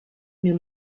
new